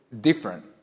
different